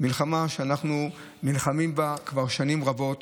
מלחמה שאנחנו נלחמים בה כבר שנים רבות.